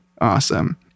awesome